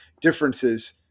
differences